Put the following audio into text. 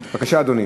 בבקשה, אדוני.